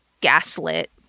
gaslit